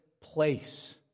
place